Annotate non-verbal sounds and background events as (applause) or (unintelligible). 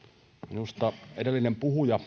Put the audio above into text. edellinen puhuja (unintelligible)